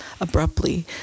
abruptly